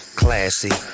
classy